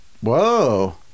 Whoa